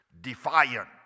defiant